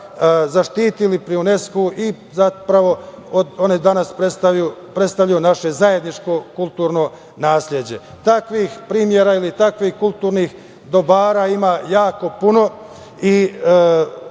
zaštitili pri UNESKO-u i zapravo one danas predstavljaju naše zajedničko kulturno nasleđe. Takvih primera ili takvih kulturnih dobara ima jako puno i